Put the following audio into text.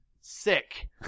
Sick